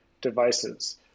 devices